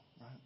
right